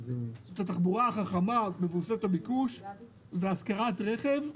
את התחבורה החכמה המבוססת על ביקוש והשכרת רכב.